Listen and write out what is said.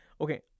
Okay